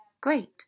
Great